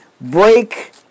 break